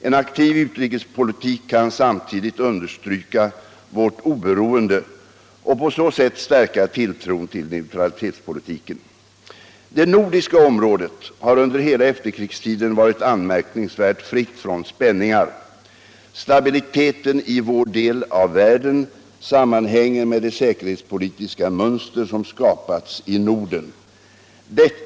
En aktiv utrikespolitik kan samtidigt understryka vårt oberoende och på så sätt stärka tilltron till neutralitetspolitiken. Det nordiska området har under hela efterkrigstiden varit anmärkningsvärt fritt från spänningar. Stabiliteten i vår del av världen sammanhänger med det säkerhetspolitiska mönster som skapats i Norden.